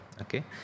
okay